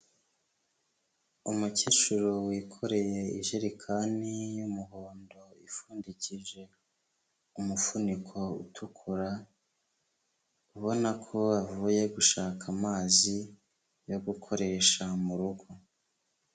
Umukecuru wikoreye ijerekani y'umuhondo, ipfundikije umufuniko utukura, ubona ko avuye gushaka amazi yo gukoresha mu rugo.